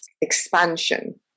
expansion